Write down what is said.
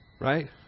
Right